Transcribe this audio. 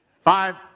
five